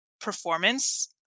performance